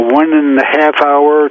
one-and-a-half-hour